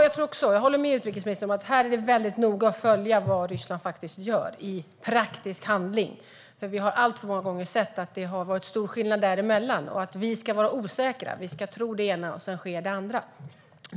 Herr talman! Jag håller med utrikesministern om att man noga måste följa vad Ryssland faktiskt gör i praktisk handling, eftersom vi alltför många gånger sett att det har varit stor skillnad däremellan - vi ska vara osäkra och tro det ena, och sedan sker det andra.